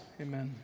Amen